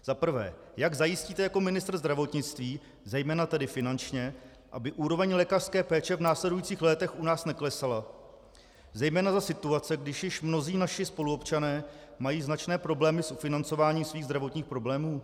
Za prvé, jak zajistíte jako ministr zdravotnictví, zejména tedy finančně, aby úroveň lékařské péče v následujících létech u nás neklesala zejména za situace, když již mnozí naši spoluobčané mají značné problémy s financováním svých zdravotních problémů.